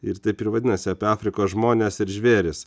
ir taip ir vadinasi apie afrikos žmones ir žvėris